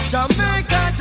Jamaica